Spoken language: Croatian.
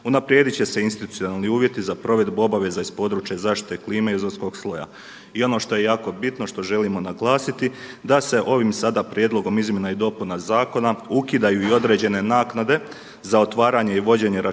Unaprijedit će se institucionalni uvjeti za provedbu obaveza iz područja zaštite klime i ozonskog sloja. I ono što je jako bitno, što želimo naglasiti, da se ovim sada prijedlogom izmjena i dopuna zakona ukidaju i određene naknade za otvaranje i vođenje računa